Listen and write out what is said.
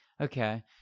Okay